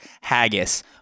haggis